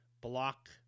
block